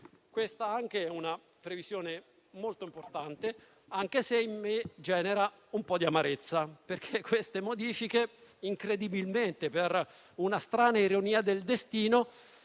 questa è una previsione molto importante, anche se in me genera un po' di amarezza perché queste modifiche incredibilmente per una strana ironia del destino